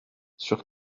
sur